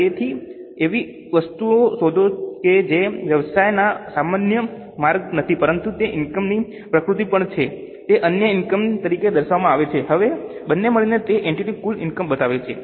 તેથી એવી વસ્તુઓ શોધો કે જે વ્યવસાયના સામાન્ય માર્ગમાં નથી પરંતુ તે ઇનકમ ની પ્રકૃતિ પણ છે તે અન્ય ઇનકમ તરીકે દર્શાવવામાં આવશે હવે બંને મળીને તે એન્ટિટીની કુલ ઇનકમ બનાવે છે